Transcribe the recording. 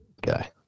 guy